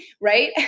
right